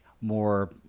more